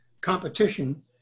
competition